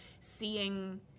seeing